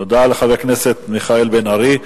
תודה רבה לחבר הכנסת מיכאל בן-ארי.